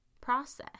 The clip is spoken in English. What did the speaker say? process